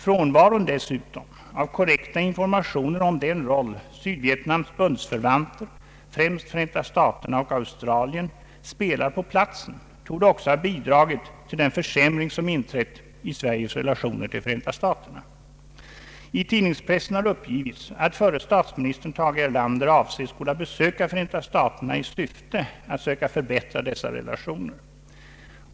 Frånvaron dessutom av korrekta informationer om den roll Sydvietnams bundsförvanter, främst Förenta staterna och Australien, spelar på platsen torde också ha bidragit till den försämring, som inträtt i Sveriges relationer till Förenta staterna. I tidningspressen har Ang. Sveriges utrikesoch handelspolitik uppgivits, att förre statsministern Tage Erlander avses skola besöka Förenta staterna i syfte att söka förbättra dessa relationer.